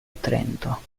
trento